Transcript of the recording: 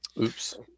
Oops